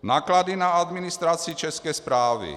Náklady na administraci České správy.